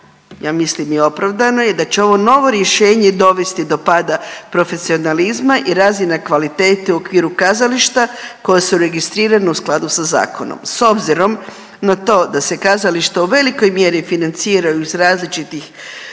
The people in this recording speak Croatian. ja mislim i opravdano je, da će ovo novo rješenje dovesti do pada profesionalizma i razina kvalitete u okviru kazališta koje su registrirane u skladu sa zakonom. S obzirom na to da se kazališta u velikoj mjeri financiraju iz različitih